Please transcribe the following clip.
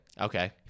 Okay